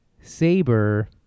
Saber